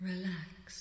Relax